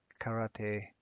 karate